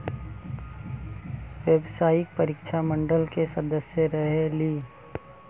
व्यावसायिक परीक्षा मंडल के सदस्य रहे ली?